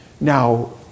Now